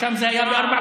שם זה היה ב-04:00.